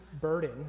burden